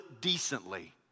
decently